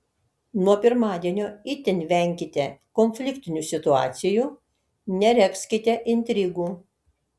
nuo pirmadienio itin venkite konfliktinių situacijų neregzkite intrigų